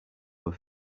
were